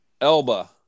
Elba